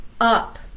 up